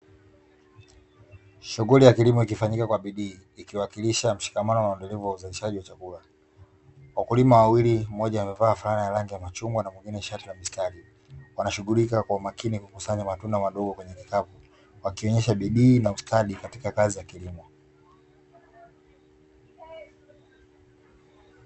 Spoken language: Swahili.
Shughuli ya kilimo ikifanyika kwa bidii ikiwakilisha mshikamano endelevu wa uzalishaji wa chakula, wakulima wawili mmoja amevaa fulana ya rangi ya machungwa na mwengine shati la mistari wanashughulika kwa umakini kukusanya matunda madogo kwenye kikapu, wakionyesha bidii na ustadi katika kazi za kilimo.